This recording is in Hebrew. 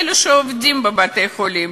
אלה שעובדים בבתי-חולים.